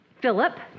Philip